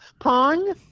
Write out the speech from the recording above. pong